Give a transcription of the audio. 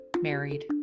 married